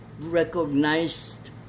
recognized